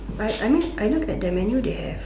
I I mean I look at the menu they have